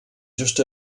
just